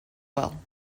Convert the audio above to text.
well